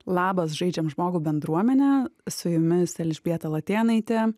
labas žaidžiam žmogų bendruomene su jumis elžbieta latėnaitė